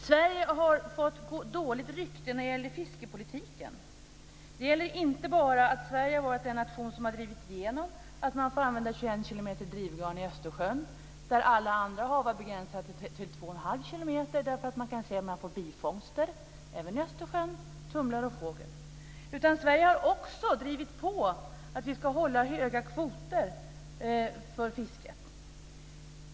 Sverige har fått dåligt rykte när det gäller fiskepolitiken. Det gäller inte bara att Sverige har varit den nation som har drivit igenom att man får använda 21 km drivgarn i Östersjön. I alla andra hav har man begränsat det till 21⁄2 km, därför att man kan se att man får bifångster - det får man även i Östersjön - av tumlare och fågel. Sverige har också drivit på att vi ska hålla höga kvoter för fisket.